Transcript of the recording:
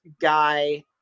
guy